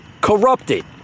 corrupted